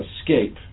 Escape